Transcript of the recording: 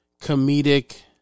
comedic